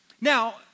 Now